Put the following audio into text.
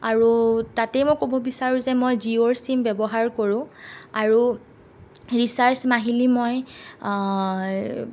আৰু তাতেই মই ক'ব বিচাৰোঁ যে মই জিঅ'ৰ চিম ব্যৱহাৰ কৰোঁ আৰু ৰিচাৰ্জ মাহিলী মই